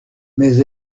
mais